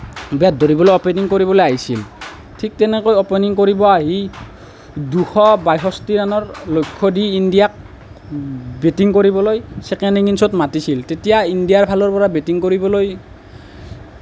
bat ধৰিবলৈ opening কৰিবলৈ আহিছিল ঠিক তেনেকৈ অপেনিং কৰিব আহি দুশ বাষষ্ঠি ৰাণৰ লক্ষ্য দি ইণ্ডিয়াক বেটিং কৰিবলৈ ছেকেণ্ড ইনিংছত মাতিছিল তেতিয়া ইণ্ডিয়াৰ ফালৰ পৰা বেটিং কৰিবলৈ